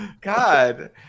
god